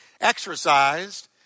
exercised